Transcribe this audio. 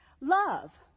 Love